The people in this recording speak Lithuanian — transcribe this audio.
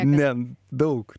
ne daug